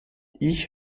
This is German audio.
ich